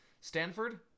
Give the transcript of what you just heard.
Stanford